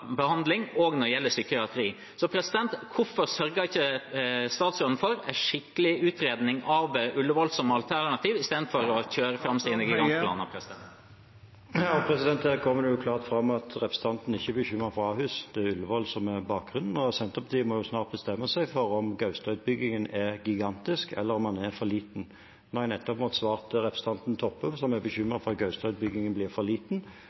og når det gjelder psykiatri. Hvorfor sørger ikke statsråden for en skikkelig utredning av Ullevål som alternativ istedenfor å kjøre fram sine gigantplaner? Her kommer det jo klart fram at representanten ikke er bekymret for Ahus – det er Ullevål som er bakgrunnen. Senterpartiet må snart bestemme seg for om Gaustad-utbyggingen er gigantisk, eller om den er for liten. Nå har jeg nettopp måttet svare representanten Toppe, som er bekymret for at Gaustad-utbyggingen blir for liten,